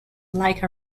like